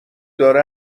داره